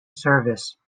service